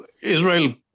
Israel